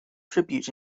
tributes